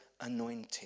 anointing